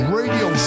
radio